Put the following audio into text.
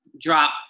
drop